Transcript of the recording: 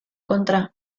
kontra